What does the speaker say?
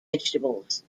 vegetables